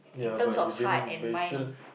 in terms of heart and mind